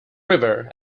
river